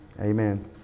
amen